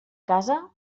casa